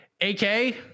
AK